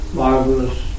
marvelous